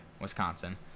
Wisconsin